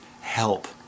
help